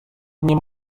dnie